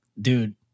dude